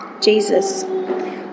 Jesus